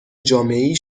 جامعهای